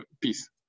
peace